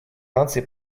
наций